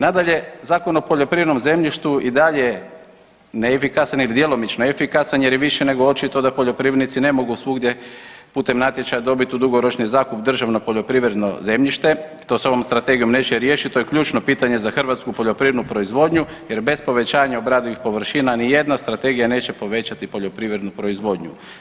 Nadalje Zakon o poljoprivrednom zemljištu je i dalje neefikasan ili djelomično efikasan jer je više nego očito da poljoprivrednici ne mogu svugdje putem natječaja dobiti u dugoročni zakup državno poljoprivredno zemljište, to se ovom strategijom neće riješiti, to je ključno pitanje za hrvatsku poljoprivrednu proizvodnju jer bez povećanja obradivih površina ni jedna strategija neće povećati poljoprivrednu proizvodnju.